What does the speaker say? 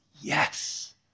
yes